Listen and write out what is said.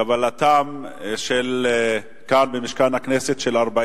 קבלתן כאן, במשכן הכנסת, של 40